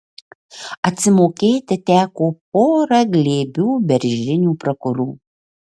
atsimokėti teko pora glėbių beržinių prakurų